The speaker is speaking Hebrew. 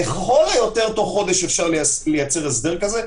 לכל היותר בתוך חודש אפשר לייצר הסדר כזה,